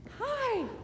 Hi